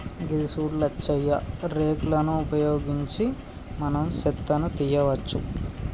గిది సూడు లచ్చయ్య రేక్ లను ఉపయోగించి మనం సెత్తను తీయవచ్చు